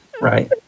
right